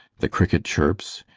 the cricket chirps,